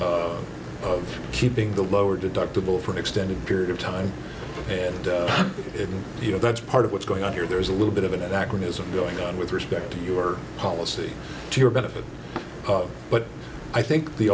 fortune of keeping the lower deductible for an extended period of time and if you know that's part of what's going on here there's a little bit of an anachronism going on with respect to your policy to your benefit but i think the